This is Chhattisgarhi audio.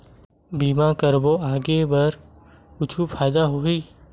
बीमा करबो आगे बर कुछु फ़ायदा होही?